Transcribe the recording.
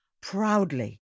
Proudly